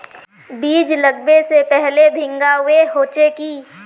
बीज लागबे से पहले भींगावे होचे की?